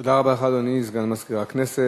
תודה רבה לך, אדוני סגן מזכירת הכנסת.